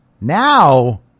Now